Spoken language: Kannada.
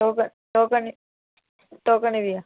ಟೋಕ ಟೋಕನ್ ಟೋಕನ್ ಇದೆಯಾ